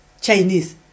Chinese